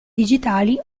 digitali